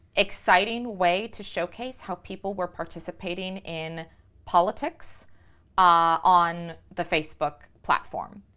exciting way to showcase how people were participating in politics on the facebook platform.